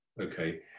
Okay